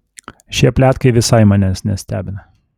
šie pletkai visai manęs nestebina